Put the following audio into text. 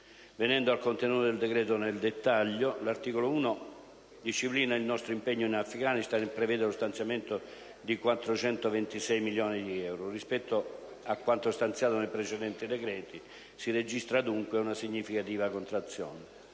Venendo al contenuto del decreto nel dettaglio, l'articolo 1 disciplina il nostro impegno in Afghanistan e prevede lo stanziamento di 426 milioni di euro. Rispetto a quanto stanziato nei precedenti decreti, si registra, dunque, una significativa contrazione.